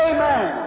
Amen